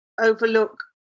overlook